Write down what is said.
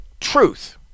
truth